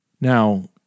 Now